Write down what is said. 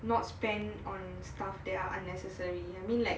not spend on stuff that are unnecessary I mean like